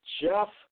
Jeff